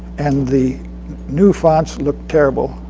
and the new fonts looked terrible!